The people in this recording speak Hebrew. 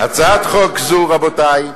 הצעת חוק זו, רבותי,